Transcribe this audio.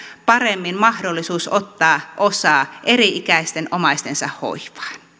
paremmin mahdollisuus ottaa osaa eri ikäisten omaistensa hoivaan